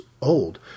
old